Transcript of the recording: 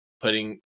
putting